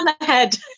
ahead